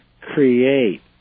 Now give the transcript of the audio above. create